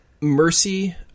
Mercy